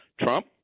Trump